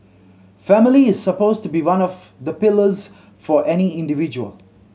family is supposed to be one of the pillars for any individual